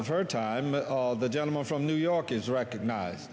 of her time of the gentleman from new york is recognize